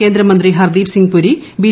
കേന്ദ്രമന്ത്രി ഹർദീപ് സിംഗ് പുരി ബി